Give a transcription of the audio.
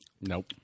Nope